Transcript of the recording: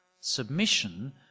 Submission